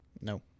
No